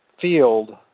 field